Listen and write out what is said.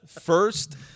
First